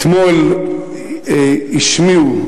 אתמול השמיעו,